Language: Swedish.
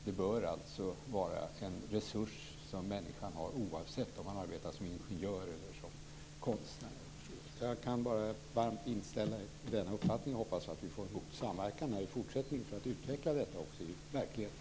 Det är en resurs som människan bör ha tillgång till oavsett om det gäller arbete som ingenjör eller som konstnär. Jag kan bara varmt instämma i denna uppfattning och hoppas också att vi i fortsättningen får en god samverkan för att utveckla detta i verkligheten.